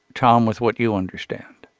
tom, with what you understand?